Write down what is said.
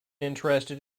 interested